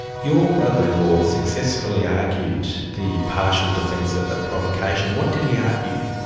your brother-in-law successfully argued the partial defence ah of provocation. what did he argue?